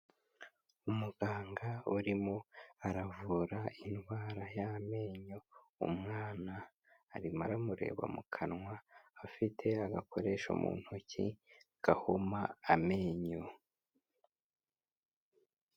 Umuganga urimo aravura indwara y'amenyo umwana, arimo aramureba mu kanwa afite agakoresho mu ntoki gahuma amenyo.